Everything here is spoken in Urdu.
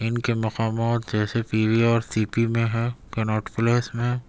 ان کے مقامات جیسے P V R C P میں ہے کناٹ پلیس میں